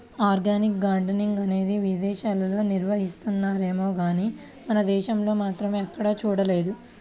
organic gardening అనేది విదేశాల్లో నిర్వహిస్తున్నారేమో గానీ మన దేశంలో మాత్రం ఎక్కడా చూడలేదు